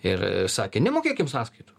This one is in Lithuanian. ir sakė nemokėkim sąskaitų